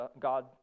God